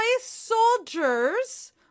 Soldiers